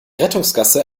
rettungsgasse